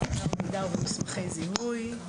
זיהוי ביומטריים במאגר מידע ובמסמכי זיהוי.